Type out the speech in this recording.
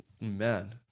man